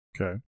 okay